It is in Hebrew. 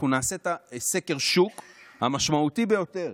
אנחנו נעשה את סקר השוק המשמעותי ביותר,